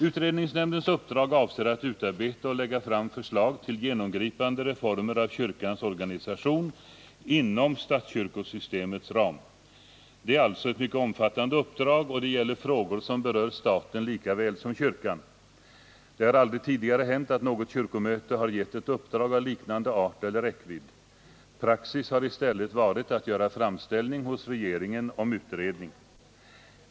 Utredningsnämndens uppdrag avser att utarbeta och lägga fram förslag till genomgripande reformer av kyrkans organisation inom statskyrkosystemets ram. Det är alltså ett mycket omfattande uppdrag, och det gäller frågor som berör staten lika väl som kyrkan. Det har aldrig tidigare hänt att något kyrkomöte har gett ett uppdrag av liknande art eller räckvidd. Praxis har i stället varit att göra framställning hos regeringen om utredning.